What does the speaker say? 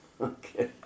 Okay